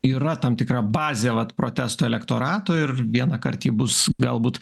yra tam tikra bazė vat protesto elektorato ir vienąkart ji bus galbūt